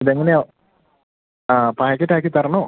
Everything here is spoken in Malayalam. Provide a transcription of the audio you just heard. ഇത് എങ്ങനെയാണ് ആ പായ്ക്കറ്റാക്കി തരണോ